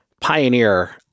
Pioneer